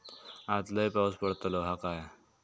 आज लय पाऊस पडतलो हा काय?